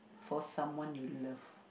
for someone you love